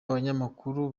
abanyamakuru